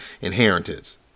inheritance